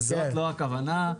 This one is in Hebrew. זאת לא הכוונה.